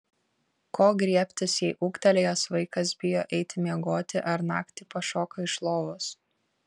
ko griebtis jei ūgtelėjęs vaikas bijo eiti miegoti ar naktį pašoka iš lovos